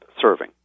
serving